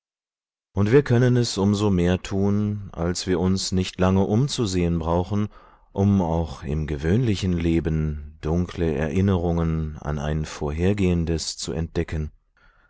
und wir können es um so mehr tun als wir uns nicht lange umzusehen brauchen um auch im gewöhnlichen leben dunkle erinnerungen an ein vorhergehendes zu entdecken